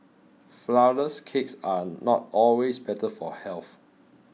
Flourless Cakes are not always better for health